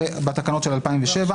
זה בתקנות של 2007,